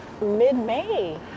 mid-May